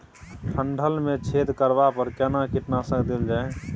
डंठल मे छेद करबा पर केना कीटनासक देल जाय?